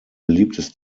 beliebtes